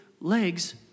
legs